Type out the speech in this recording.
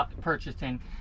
purchasing